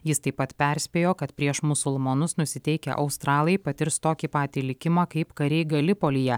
jis taip pat perspėjo kad prieš musulmonus nusiteikę australai patirs tokį patį likimą kaip kariai galipolyje